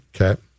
Okay